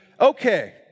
okay